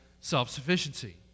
self-sufficiency